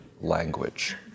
language